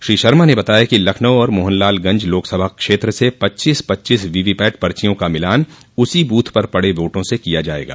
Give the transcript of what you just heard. श्री शर्मा ने बताया कि लखनऊ और मोहनलालगंज लोकसभा क्षेत्र से पच्चीस पच्चीस वीवीपैट पर्चियों का मिलान उसी बूथ पर पड़े वोटों से किया जायेगा